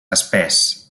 espès